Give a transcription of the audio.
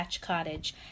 Cottage